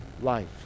life